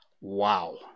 Wow